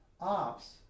ops